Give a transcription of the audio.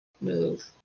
move